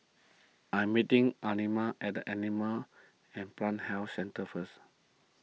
I'm meeting Elmina at the Animal and Plant Health Centre first